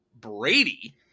Brady